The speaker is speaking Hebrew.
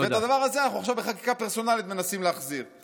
ואת הדבר הזה אנחנו עכשיו מנסים להחזיר בחקיקה פרסונלית.